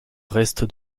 reste